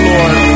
Lord